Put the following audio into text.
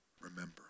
remember